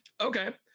okay